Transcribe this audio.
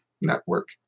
Network